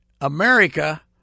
America